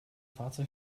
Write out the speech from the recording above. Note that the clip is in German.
fahrzeug